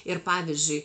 ir pavyzdžiui